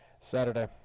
Saturday